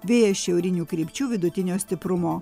vėjas šiaurinių krypčių vidutinio stiprumo